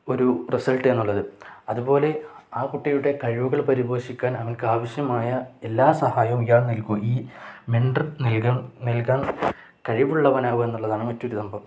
ഒരു റിസൾട്ട എന്നുള്ളത് അതുപോലെ ആ കുട്ടിയുടെ കഴിവുകൾ പരിപോഷിപ്പിക്കാൻ അവൻ ആവശ്യമായ എല്ലാ സഹായവും ഇയാൾ നൽകും ഈ മെൻ്റർ നൽകൻ കഴിവുള്ളവനാവണം എന്നുള്ളതാണ് മറ്റൊരു സംഭവം